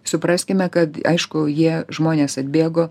supraskime kad aišku jie žmonės atbėgo